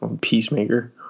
peacemaker